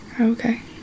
Okay